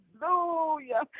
Hallelujah